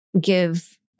give